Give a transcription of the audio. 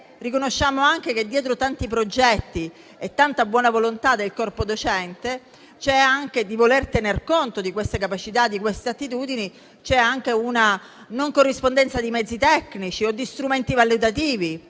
Riconosciamo che, dietro tanti progetti e tanta buona volontà del corpo docente di voler tenere conto di queste capacità e queste attitudini, c'è una non corrispondenza dei mezzi tecnici e degli strumenti valutativi.